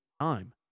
time